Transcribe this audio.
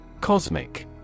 Cosmic